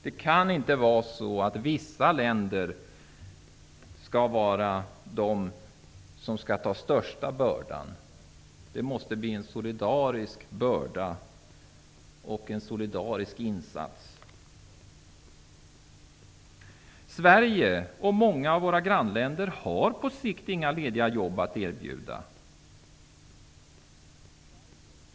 Det kan inte vara så att vissa länder skall ta den största bördan, utan bördan måste bäras och insatser måste göras solidariskt. Sverige och många av grannländerna har på sikt inga lediga jobb att erbjuda.